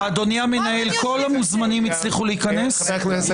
כל המוזמנים הצליחו להיכנס, אדוני המנהל?